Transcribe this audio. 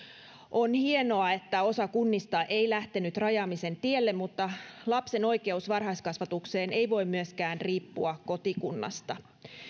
on hienoa että osa kunnista ei lähtenyt rajaamisen tielle mutta lapsen oikeus varhaiskasvatukseen ei voi myöskään riippua kotikunnasta